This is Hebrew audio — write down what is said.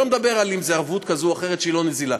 ואני לא מדבר על ערבות כזו או אחרת שהיא לא נזילה,